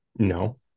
No